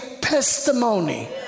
testimony